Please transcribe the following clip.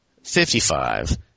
Fifty-five